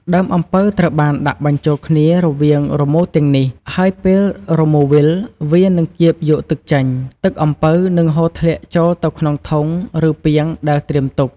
ដើមអំពៅត្រូវបានដាក់បញ្ចូលគ្នារវាងរមូរទាំងនេះ ហើយពេលរមូរវិល វានឹងកៀបយកទឹកចេញ។ ទឹកអំពៅនឹងហូរធ្លាក់ចូលទៅក្នុងធុង ឬពាងដែលត្រៀមទុក។